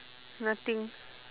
nothing